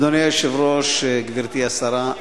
אדוני היושב-ראש, גברתי השרה,